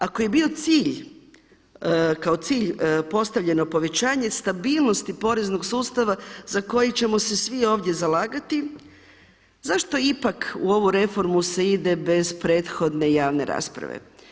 Ako je bio cilj kao cilj postavljeno povećanje stabilnosti poreznog sustava za koji ćemo se svi ovdje zalagati zašto ipak u ovu reformu se ide bez prethodne javne rasprave.